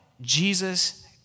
Jesus